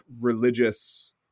religious